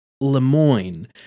Lemoyne